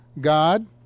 God